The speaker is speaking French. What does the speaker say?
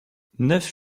neuf